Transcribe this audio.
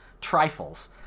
trifles